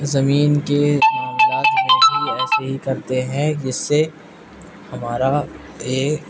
زمین کے معاملات بھی ایسے ہی کرتے ہیں جس سے ہمارا یہ